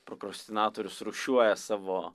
prokrastinatorius rūšiuoja savo